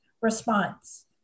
response